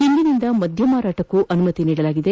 ಇಂದಿನಿಂದ ಮದ್ದ ಮಾರಾಟಕ್ಕೆ ಅನುಮತಿ ನೀಡಲಾಗಿದೆ